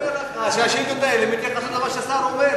אני אומר לך שהשאילתות האלה מתייחסות למה שהשר אומר.